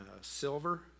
silver